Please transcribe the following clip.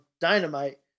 Dynamite